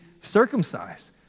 circumcised